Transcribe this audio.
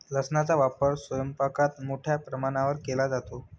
लसणाचा वापर स्वयंपाकात मोठ्या प्रमाणावर केला जातो